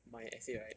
my essay right